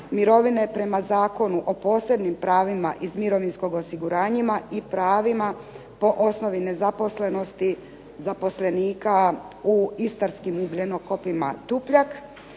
mirovine prema Zakonu o posebnim pravima iz mirovinskog osiguranjima i pravima po osnovi nezaposlenosti zaposlenika u istarskim ugljenokopima Tupljak